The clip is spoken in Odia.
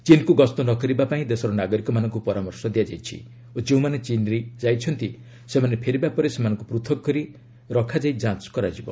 ଚୀନ୍କୁ ଗସ୍ତ ନ କରିବା ପାଇଁ ଦେଶର ନାଗରିକମାନଙ୍କୁ ପରାମର୍ଶ ଦିଆଯାଇଛି ଓ ଯେଉଁମାନେ ଚୀନ୍ ଯାଇଛନ୍ତି ସେମାନେ ଫେରିବା ପରେ ସେମାନଙ୍କୁ ପୃଥକ କରି ରଖାଯାଇ ଯାଞ୍ଚ କରାଯିବ